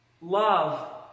Love